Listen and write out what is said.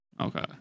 Okay